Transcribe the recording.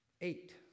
Eight